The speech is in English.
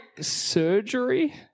surgery